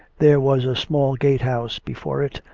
there was a small gate-house before it,